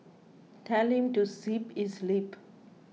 telling to zip its lip